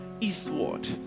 eastward